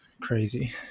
Crazy